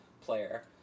player